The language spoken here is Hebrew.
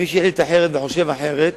מי שהחליט אחרת וחושב אחרת,